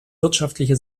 wirtschaftliche